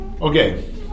Okay